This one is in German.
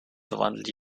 verwandelt